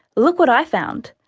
look what i found,